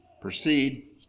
proceed